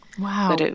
Wow